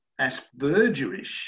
aspergerish